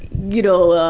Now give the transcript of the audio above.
you know,